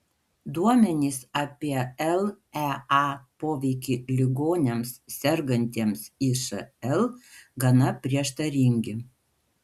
duomenys apie lea poveikį ligoniams sergantiems išl gana prieštaringi